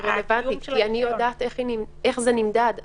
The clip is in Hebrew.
הוא רלוונטי, כי אני יודעת איך זה נמדד.